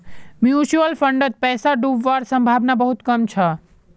mutual फंडत पैसा डूबवार संभावना बहुत कम छ